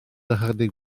ychydig